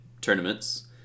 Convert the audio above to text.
tournaments